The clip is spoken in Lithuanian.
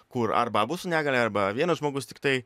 kur arba abu su negalia arba vienas žmogus tiktai